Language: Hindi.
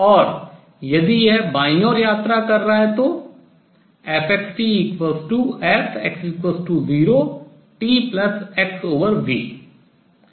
और यदि यह बाईं ओर यात्रा कर रहा है तो fxtfx0txv है